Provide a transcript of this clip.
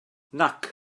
nac